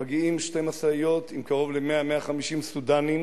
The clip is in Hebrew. מגיעות שתי משאיות עם 100 150 סודנים,